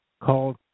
called